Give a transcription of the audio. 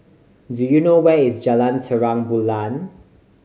do you know where is Jalan Terang Bulan